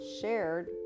shared